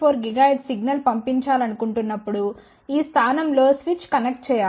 4 GHz signal పంపాలనుకున్నప్పుడు ఈ స్థానం లో స్విచ్ కనెక్ట్ చేయాలి